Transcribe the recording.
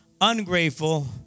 ungrateful